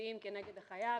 משמעותיים כנגד החייב.